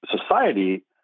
society